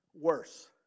worse